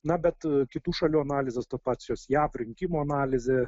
na bet kitų šalių analizės tos pačios jav rinkimų analizė